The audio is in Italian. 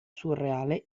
surreale